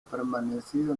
permanecido